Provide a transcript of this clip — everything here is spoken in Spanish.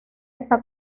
esta